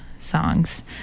songs